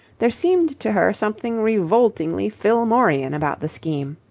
there seemed to her something revoltingly fillmorian about the scheme.